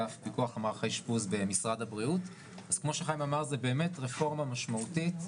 אז כמו שחיים אמר, זו באמת רפורמה משמעותית.